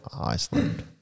Iceland